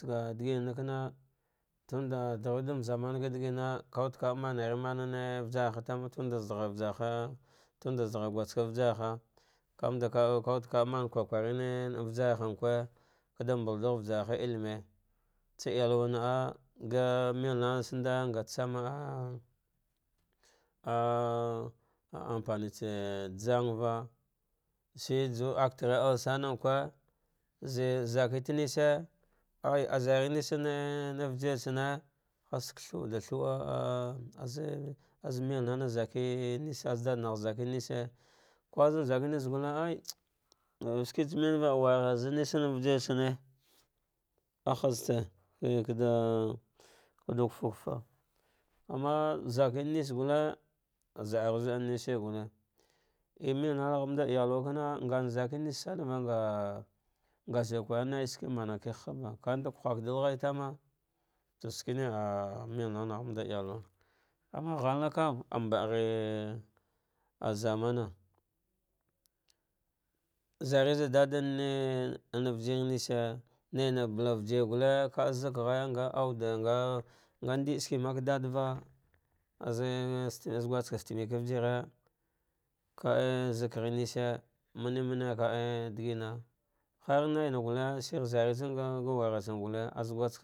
Taga diginanakana, fo tunda ɗaghewucle ɗa zamam ɗa ɗigina kauwa ka mammaren vajurha tama, tunɗa zaɗaghar vajurha, tunda zaɗagha guskafte vajarha, kamanol ka kawucte kaa a n kikarene vajarha, kamanal ka kawucte leaa n kukarene vajarhan kewa, kaɗa mbalalugh vajarha i lime isa aryalwal naah, ga melnana manda ngate tsama ampamtsa jamgh vas hi ju akatare alsajwe ce zakita nice ahzarinice an vijir tsane haste lea thau ɗa thuah az melnana zake nishi, azɗa ɗanagha zakineshi kwar zan zaki neshi g ite ai nga shiketse meneva waya ghar za nes in visir tsane ahzte ke kaɗa kaɗa kufa vufa amma zaken neshi gulte, zaahru za ah nisan gulte, ei melnanagh manda iyalwe kana ngan zake nesanva, ngashir kwara naishikki make gh hava, kanda kugluɗul ghaitamma ta shene ah melnanagh manɗa iyalwa ama ghalna koma ambaghe azamana zari zandadan virjir neshi naina bala vijir gulle kaza ghai na au, nga nɗishiki maka ɗaɗava az orte or guskefte temake vijir ka aizaghe neshi mane mante kae ɗgmai har naina gulle shir zarizan ga war ghar same gulle az guskefte.